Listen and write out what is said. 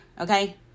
okay